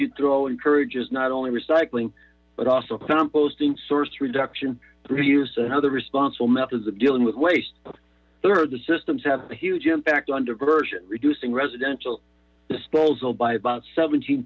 you throw encourages not only recycling but also composting source reduction reuse and other responsible methods dealing with waste third the systems have a huge impact on diversion reducing residential disposal by about seventeen